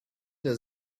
der